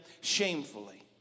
shamefully